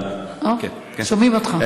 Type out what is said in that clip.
שומעים אותך.